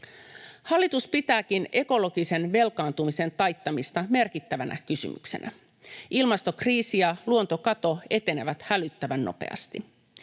Hallitus pitääkin ekologisen velkaantumisen taittamista merkittävänä kysymyksenä. Ilmastokriisi ja luontokato etenevät hälyttävän nopeasti.